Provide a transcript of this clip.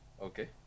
Okay